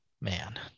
man